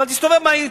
אבל תסתובב בעיר,